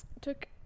Took